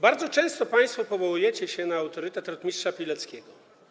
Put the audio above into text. Bardzo często państwo powołujecie się na autorytet rtm. Pileckiego.